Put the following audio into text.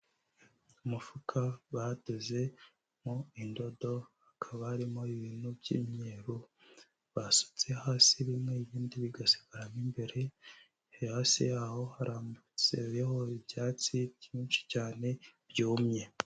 Umufuka badoze mu ndodo hakaba harimo ibintu by'imyeru basutse hasi bimwe ibindi bigasigaramo imbere, hasi yaho harambitseho ibyatsi byinshi cyane byumye.